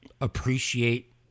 appreciate